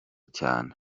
cyane